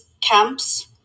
camps